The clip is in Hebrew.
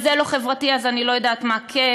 אם זה לא חברתי אז אני לא יודעת מה כן.